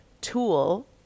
tool